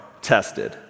tested